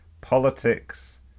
politics